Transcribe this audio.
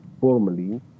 formally